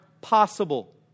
possible